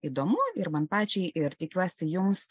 įdomu ir man pačiai ir tikiuosi jums